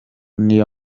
niyo